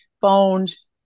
phones